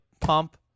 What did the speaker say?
pump